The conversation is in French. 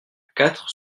quatre